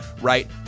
right